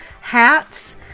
hats